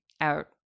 out